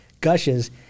gushes